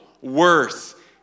worth